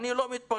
אני לא מתפלא.